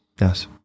Yes